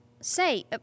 Say